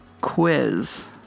quiz